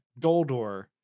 Doldor